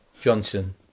Johnson